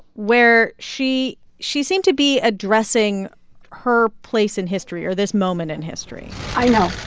where she she seemed to be addressing her place in history or this moment in history i know.